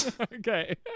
okay